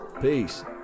Peace